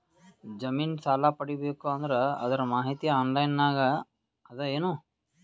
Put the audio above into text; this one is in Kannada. ಜಮಿನ ಸಾಲಾ ಪಡಿಬೇಕು ಅಂದ್ರ ಅದರ ಮಾಹಿತಿ ಆನ್ಲೈನ್ ನಾಗ ಅದ ಏನು?